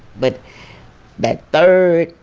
but that third,